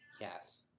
yes